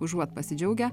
užuot pasidžiaugę